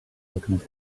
alchemist